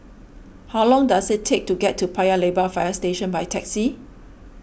how long does it take to get to Paya Lebar Fire Station by taxi